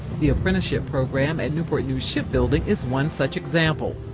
the apprenticeship program at newport news ship building is one such example.